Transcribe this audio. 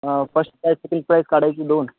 first prize second prize काढायची दोन